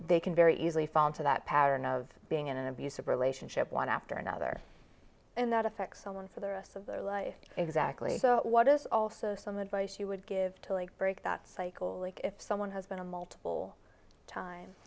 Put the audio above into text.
they can very easily fall into that pattern of being in an abusive relationship one after another and that affects someone for the rest of their life exactly what is also some advice you would give to break that cycle like if someone has been a multiple times